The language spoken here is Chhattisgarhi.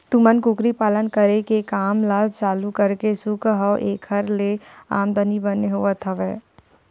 तुमन कुकरी पालन करे के काम ल चालू करके खुस हव ऐखर ले आमदानी बने होवत हवय?